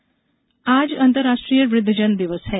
वुद्धजन दिवस आज अंतर्राष्ट्रीय वृद्वजन दिवस है